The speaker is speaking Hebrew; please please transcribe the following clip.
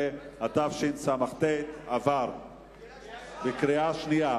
11), התשס”ט 2009, עבר בקריאה שנייה.